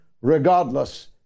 regardless